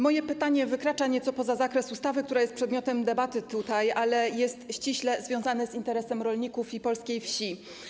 Moje pytanie wykracza nieco poza zakres ustawy, która jest przedmiotem debaty, ale jest ściśle związane z interesem rolników i polskiej wsi.